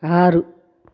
ఆరు